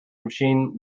machine